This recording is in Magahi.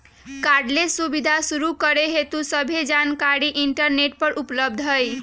कार्डलेस सुबीधा शुरू करे हेतु सभ्भे जानकारीया इंटरनेट पर उपलब्ध हई